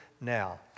now